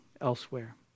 elsewhere